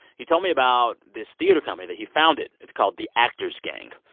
he told me about this theater company that he founded. it's called the actors' gang.